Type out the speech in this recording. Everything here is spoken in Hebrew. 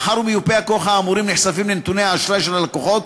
מאחר שמיופי הכוח האמורים נחשפים לנתוני האשראי של הלקוחות,